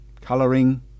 colouring